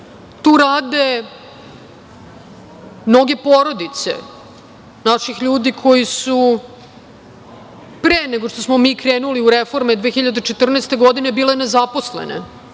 Tu rade mnoge porodice naših ljudi koji su pre nego što smo mi krenuli u reforme 2014. godine bile nezaposlene,